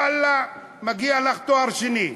ואללה, מגיע לך תואר שני.